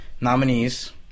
Nominees